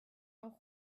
auch